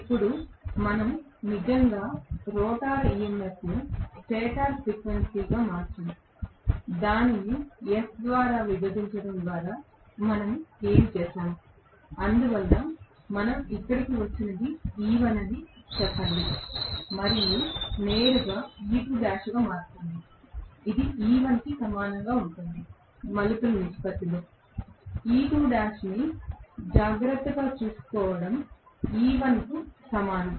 ఇప్పుడు మనము నిజంగా రోటర్ EMF ను స్టేటర్ ఫ్రీక్వెన్సీగా మార్చాము దానిని S ద్వారా విభజించడం ద్వారా మనము ఏమి చేసాము అందువల్ల మనం ఇక్కడకు వచ్చినది E1 అని చెప్పండి మరియు ఇది నేరుగా E2l గా మారుతుంది ఇది E1 కి సమానంగా ఉంటుంది మలుపుల నిష్పత్తిలో E2l ను జాగ్రత్తగా చూసుకోవడం E1 కు సమానం